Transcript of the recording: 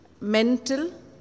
mental